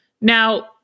Now